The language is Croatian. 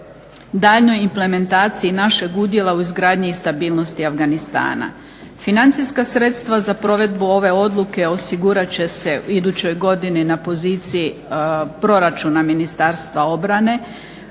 daljnjoj implementaciji našeg udjela u izgradnji i stabilnosti Afganistana. Financijska sredstva za provedbu ove odluke osigurat će se u idućoj godini na poziciji proračuna Ministarstva obrane